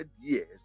years